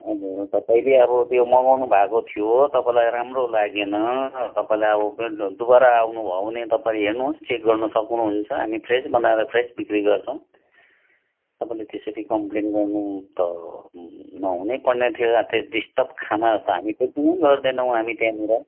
हजुर तपाईँले अब त्यो मगाउनु भएको थियो तपाईँलाई राम्रो लागेन तपाईँलाई अब दोबारा आउनु भयो भने तपाईँ हेर्नु होस् चेक गर्न सक्नु हुन्छ हामी फ्रेस बनाएर फ्रेस बिक्री गर्छौँ तपाईँले त्यसरी कम्प्लेन गर्नु त नहुने पर्ने थियो त्यो डिस्टर्भ खानाहरू त हामीले गर्दैनौँ त्यहाँनेर